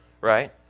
right